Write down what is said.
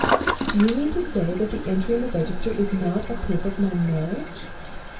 do you mean to say that the entry in the register is not a proof of my marriage